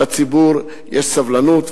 לציבור יש סבלנות,